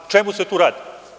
O čemu se tu radi?